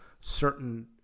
certain